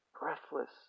breathless